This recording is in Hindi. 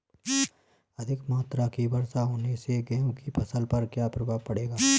अधिक मात्रा की वर्षा होने से गेहूँ की फसल पर क्या प्रभाव पड़ेगा?